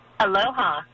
Aloha